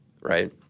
right